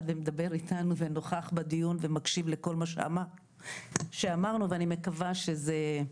ומדבר איתנו ונוכח בדיון ומקשיב לכל מה שאמרנו ואני מקווה שזה,